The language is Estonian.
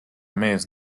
mees